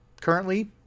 currently